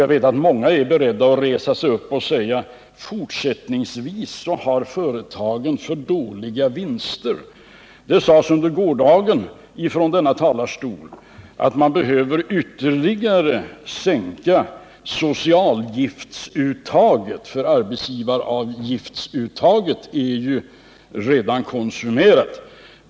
Jag vet att många är beredda att resa sig upp och säga: Fortsättningsvis har företagen för dåliga vinster. Det sades under gårdagen från denna talarstol att man behöver ytterligare sänka socialavgiftsuttaget, för arbetsgivaruttaget är ju redan konsumerat.